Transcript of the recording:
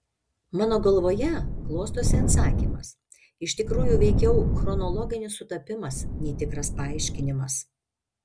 mano galvoje klostosi atsakymas iš tikrųjų veikiau chronologinis sutapimas nei tikras paaiškinimas